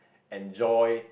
enjoy